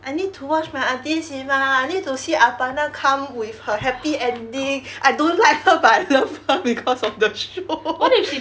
I need to watch my aunty simah I need to see apanah come with her happy ending I don't like her but I love her because of the show